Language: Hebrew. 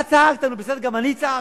אתה צעקת, נו בסדר, גם אני צעקתי.